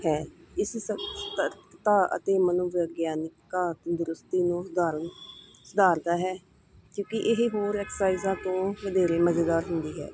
ਹੈ ਇਸ ਸਤਰਕਤਾ ਅਤੇ ਮਨੋਵਿਗਿਆਨਿਕਤਾ ਤੰਦਰੁਸਤੀ ਨੂੰ ਸੁਧਾਰਨ ਸੁਧਾਰਦਾ ਹੈ ਕਿਉਂਕਿ ਇਹ ਹੋਰ ਐਕਸਾਈਜ਼ਾਂ ਤੋਂ ਵਧੇਰੇ ਮਜ਼ੇਦਾਰ ਹੁੰਦੀ ਹੈ